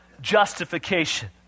justification